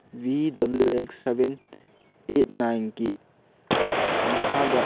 V W X seven eight ꯅꯥꯏꯟꯒꯤ ꯃꯈꯥꯗ